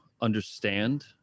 understand